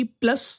plus